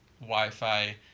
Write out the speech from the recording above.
Wi-Fi